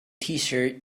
tshirt